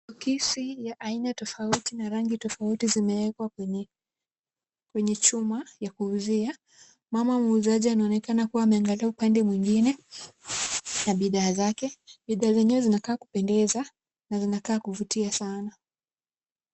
Soksi ya aina tofauti na rangi tofauti zimewekwa kwenye kwenye chuma ya kuuzia. Mama muuzaji anaonekana kuwa ameangalia upande mwingine na bidhaa zake. Bidhaa zenyewe zinakaa kupendeza na kuvutia sana.